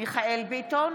מיכאל מרדכי ביטון,